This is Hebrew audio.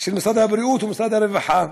של משרד הבריאות ומשרד הרווחה,